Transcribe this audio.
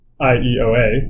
IEOA